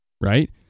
right